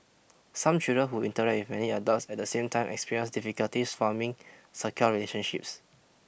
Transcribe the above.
some children who interact with many adults at the same time experience difficulties forming secure relationships